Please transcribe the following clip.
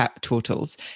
totals